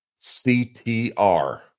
CTR